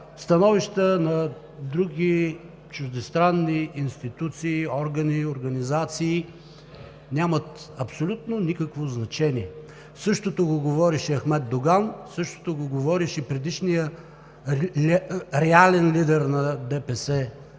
становища на други чуждестранни институции, органи и организации нямат абсолютно никакво значение. Същото го говореше Ахмед Доган, същото го говореше и предишният реален лидер на ДПС